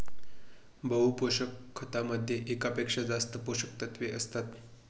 बहु पोषक खतामध्ये एकापेक्षा जास्त पोषकतत्वे असतात